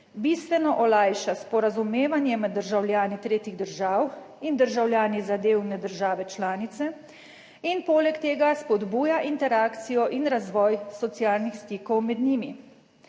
bistveno olajša sporazumevanje med državljani tretjih držav in državljani zadevne države članice in poleg tega spodbuja interakcijo in razvoj socialnih stikov med njimi.